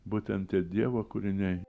būtent tie dievo kūriniai